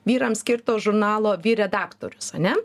vyrams skirto žurnalo vyr redaktorius ane